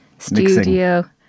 Studio